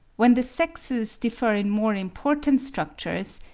when the sexes differ in more important structures,